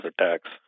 attacks